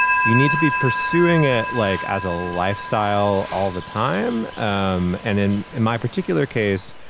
you need to be pursuing it like as a lifestyle all the time. um and in in my particular case,